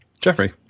Jeffrey